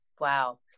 Wow